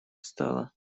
стало